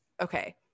okay